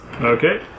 Okay